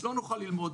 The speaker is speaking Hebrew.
לא נוכל ללמוד,